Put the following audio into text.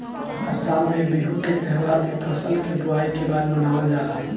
आसाम में बिहू के त्यौहार भी फसल के बोआई के बाद मनावल जाला